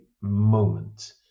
moment